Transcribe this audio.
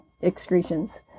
excretions